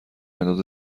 مداد